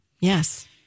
yes